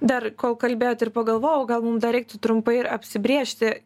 dar kol kalbėjot ir pagalvojau gal mum dar reiktų trumpai ir apsibrėžti